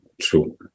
true